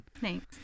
Thanks